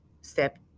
step